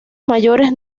mayores